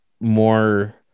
more